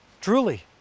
Truly